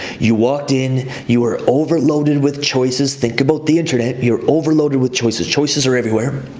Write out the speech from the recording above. you walked in, you were overloaded with choices. think about the internet. you're overloaded with choices. choices are everywhere.